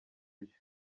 byo